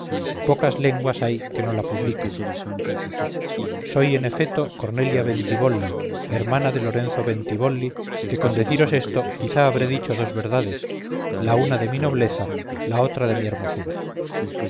pocas lenguas hay que no la publiquen soy en efeto cornelia bentibolli hermana de lorenzo bentibolli que con deciros esto quizá habré dicho dos verdades la una de mi nobleza la otra de mi hermosura